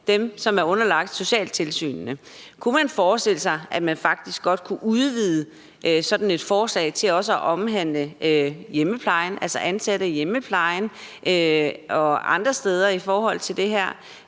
dem, som er underlagt socialtilsynene. Kunne man forestille sig, at man faktisk godt kunne udvide sådan et forslag til også at omhandle ansatte i hjemmeplejen og andre steder for netop